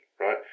right